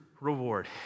reward